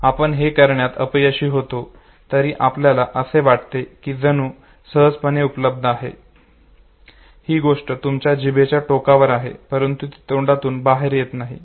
आपण हे करण्यात अपयशी होतो जरी आपल्याला असे वाटते की जणू काही सहजपणे उपलब्ध आहे ही गोष्ट तुमच्या जिभेच्या टोकावर आहे परंतु ती तोंडातून बाहेर येत नाही